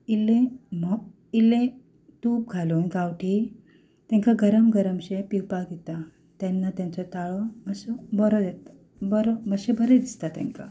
इल्लें म्होंव इल्लें तूप घालून गांवठी तेंकां गरम गरमशें पिवपाक दिता तेन्ना तेंचो ताळो मातसो बरो जाता मातशें बरें दिसता तेंकां